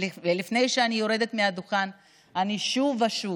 לפני שאני יורדת מהדוכן אני שוב ושוב